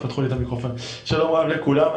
שלום רב לכולם.